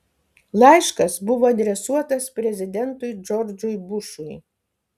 laiškas buvo adresuotas prezidentui džordžui bušui